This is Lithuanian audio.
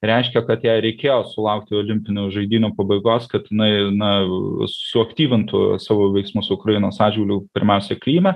reiškia kad jai reikėjo sulaukti olimpinių žaidynių pabaigos kad jinai na suaktyvintų savo veiksmus ukrainos atžvilgiu pirmiausia kryme